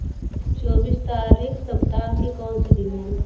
चौबीस तारीख़ सप्ताह के कौन से दिन है